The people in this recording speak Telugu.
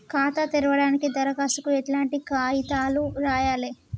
ఖాతా తెరవడానికి దరఖాస్తుకు ఎట్లాంటి కాయితాలు రాయాలే?